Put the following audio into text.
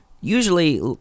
usually